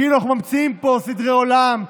כאילו אנחנו ממציאים פה סדרי עולם,